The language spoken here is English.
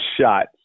shots